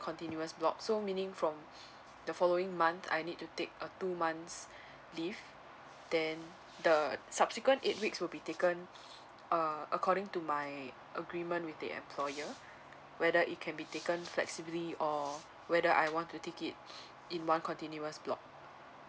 continuous block so meaning from the following month I need to take a two months leave then the subsequent eight weeks will be taken uh according to my agreement with the employer whether it can be taken flexibly or whether I want to take it in one continuous block